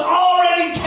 already